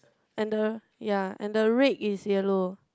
and the ya and the red is yellow